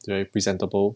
very presentable